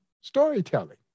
storytelling